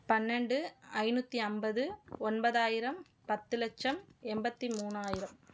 பன்னெண்டு ஐநூற்றி ஐம்பது ஒன்பதாயிரம் பத்து லட்சம் எண்பத்தி மூணாயிரம்